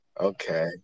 Okay